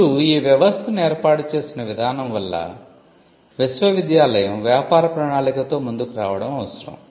ఇప్పుడు ఈ వ్యవస్థను ఏర్పాటు చేసిన విధానం వల్ల విశ్వవిద్యాలయం వ్యాపార ప్రణాళికతో ముందుకు రావడం అవసరం